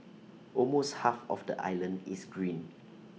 almost half of the island is green